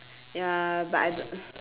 ya but I